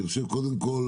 קודם כול,